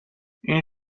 این